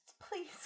please